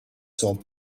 sont